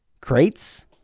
crates